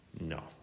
No